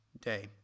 day